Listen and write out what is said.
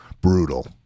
brutal